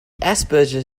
asperger